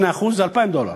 2% זה 2,000 דולר.